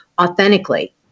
authentically